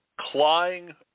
Clawing